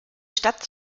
stadt